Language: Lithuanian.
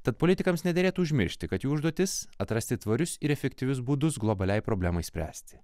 tad politikams nederėtų užmiršti kad jų užduotis atrasti tvarius ir efektyvius būdus globaliai problemai spręsti